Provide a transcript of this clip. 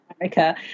america